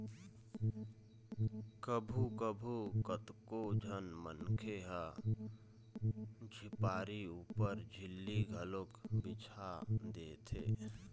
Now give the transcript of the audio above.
कभू कभू कतको झन मनखे ह झिपारी ऊपर झिल्ली घलोक बिछा देथे